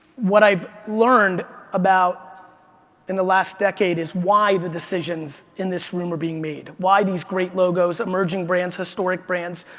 what i've learned about in the last decade is why the decisions in this room are being made, why these great logos, emerging brands, historic brands,